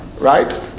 right